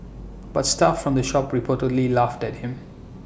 but staff from the shop reportedly laughed at him